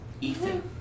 Ethan